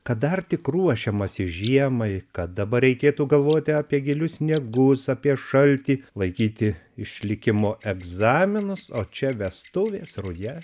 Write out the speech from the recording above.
kad dar tik ruošiamasi žiemai kad dabar reikėtų galvoti apie gilius sniegus apie šaltį laikyti išlikimo egzaminus o čia vestuvės ruja